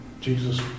jesus